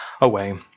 away